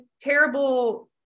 terrible